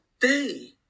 day